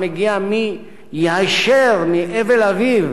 שמגיע היישר מאבל אביו